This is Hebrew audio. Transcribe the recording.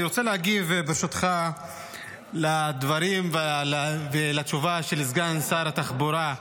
אני רוצה להגיב על הדברים ועל התשובה של סגן שר התחבורה.